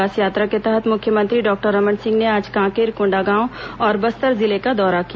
विकास यात्रा के तहत मुख्यमंत्री डॉक्टर रमन सिंह ने आज कांकेर कोंडागांव और बस्तर जिले का दौरा किया